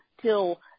till